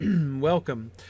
welcome